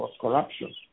corruption